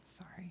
Sorry